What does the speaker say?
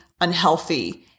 unhealthy